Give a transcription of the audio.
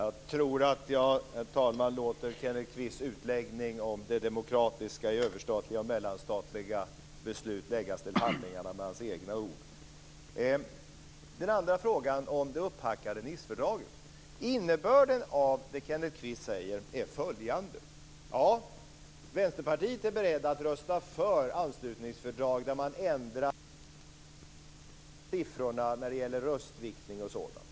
Herr talman! Jag tror att jag låter Kenneth Kvists utläggning om det demokratiska i överstatliga och mellanstatliga beslut läggas till handlingarna med hans egna ord. Nicefördraget vill jag säga följande. Innebörden i det som Kenneth Kvist säger är följande. Vänsterpartiet är berett att rösta för ett anslutningsfördrag där man ändrar åtminstone en del av siffrorna när det gäller röstviktning osv.